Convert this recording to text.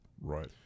Right